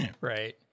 Right